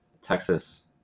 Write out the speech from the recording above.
Texas